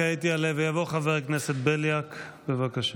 כעת יעלה ויבוא חבר הכנסת בליאק, בבקשה.